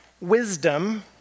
wisdom